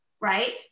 Right